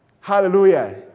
Hallelujah